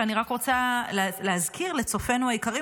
שאני רק רוצה להזכיר לצופינו היקרים,